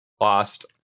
Lost